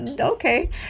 okay